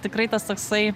tikrai tas toksai